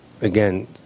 again